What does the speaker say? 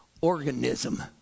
organism